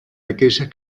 aquellas